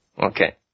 Okay